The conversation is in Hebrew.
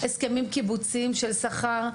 הסכמים קיבוציים של שכר,